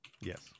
Yes